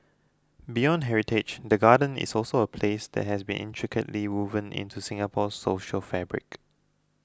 beyond heritage the Gardens is also a place that has been intricately woven into Singapore's social fabric